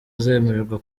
azemerwa